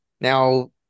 now